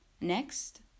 Next